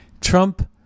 Trump